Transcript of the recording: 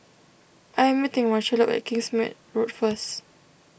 I am meeting Marchello at Kingsmead Road first